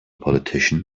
politician